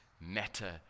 matter